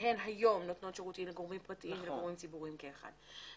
שהן היום נותנות שירותים לגורמים פרטיים וגורמים ציבוריים כאחד.